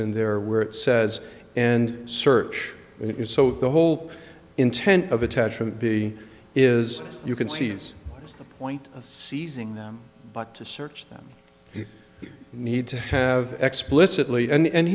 in there where it says and search you so the whole intent of attachment b is you can seize the point of seizing them but to search them you need to have explicitly and